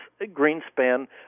Greenspan